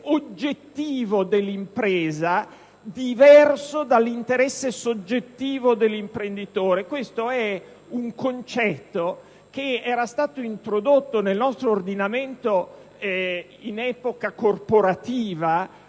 oggettivo dell'impresa diverso dall'interesse soggettivo dell'imprenditore e ad esso sovraordinato. Tale concetto era stato introdotto nel nostro ordinamento in epoca corporativa,